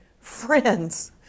friends